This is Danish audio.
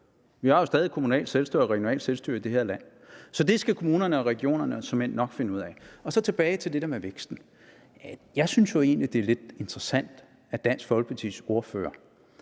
Vi har jo stadig kommunalt og regionalt selvstyre i det her land, så det skal kommunerne og regionerne såmænd nok finde ud af. Så tilbage til det der med væksten. Jeg synes egentlig, at det er lidt interessant, at Dansk Folkepartis ordfører